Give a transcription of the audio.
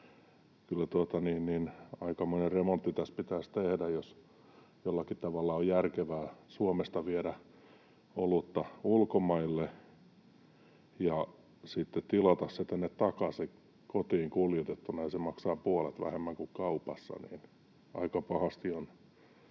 aikamoinen remontti tässä pitäisi tehdä. Jos jollakin tavalla on järkevää Suomesta viedä olutta ulkomaille ja sitten tilata se tänne takaisin kotiin kuljetettuna ja se maksaa puolet vähemmän kuin kaupassa,